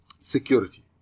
security